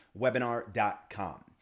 webinar.com